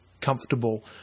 comfortable